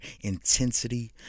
intensity